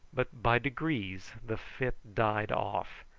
but by degrees the fit died off,